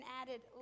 added